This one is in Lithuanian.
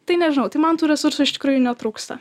tai nežinau tai man tų resursų iš tikrųjų netrūksta